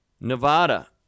Nevada